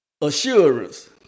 assurance